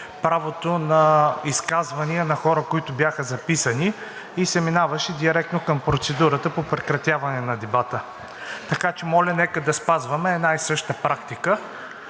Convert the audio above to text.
правото на изказвания на хора, които бяха записани, и се минаваше директно към процедурата по прекратяване на дебата. Така че моля да спазваме една и съща практика